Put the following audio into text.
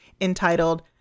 entitled